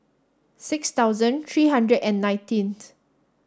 six thousand three hundred and nineteenth